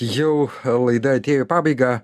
jau laida atėjo į pabaigą